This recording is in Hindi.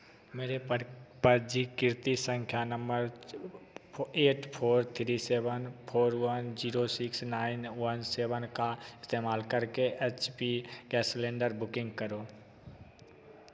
मेरे पंज पंजीकृत संपर्क नंबर eight four three seven four one zero six nine one seven का इस्तेमाल करके H P gas cylinder booking करो